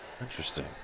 Interesting